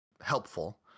helpful